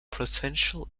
potential